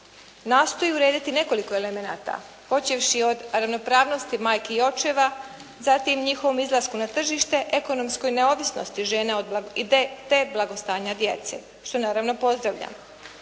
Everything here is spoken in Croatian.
nastoji urediti nekoliko elemenata, počevši od ravnopravnosti majke i očeva, zatim njihovom izlasku na tržište, ekonomskoj neovisnosti žena i pet blagostanja djece, što naravno pozdravljam.